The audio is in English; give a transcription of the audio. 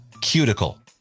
cuticle